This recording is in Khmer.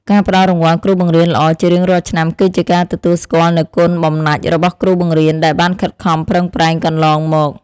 ការផ្តល់រង្វាន់គ្រូបង្រៀនល្អជារៀងរាល់ឆ្នាំគឺជាការទទួលស្គាល់នូវគុណបំណាច់របស់គ្រូបង្រៀនដែលបានខិតខំប្រឹងប្រែងកន្លងមក។